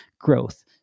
growth